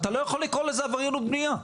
אתה לא יכול לקרוא לזה עבריינות בנייה,